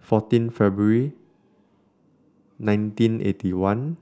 fourteen February nineteen eighty one